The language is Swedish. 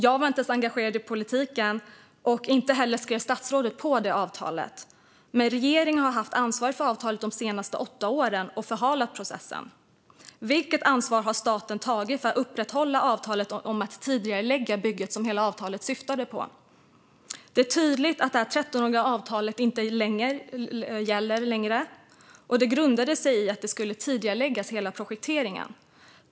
Jag var då inte ens engagerad i politiken, och inte heller skrev statsrådet på avtalet. Men regeringen har haft ansvar för avtalet de senaste 8 åren och förhalat processen. Vilket ansvar har staten tagit för att upprätthålla avtalet om att tidigarelägga bygget, som hela avtalet syftade till? Det är tydligt att detta 13-åriga avtal inte längre gäller. Det grundade sig på att hela projekteringen skulle tidigareläggas.